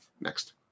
next